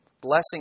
Blessing